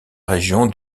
région